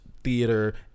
Theater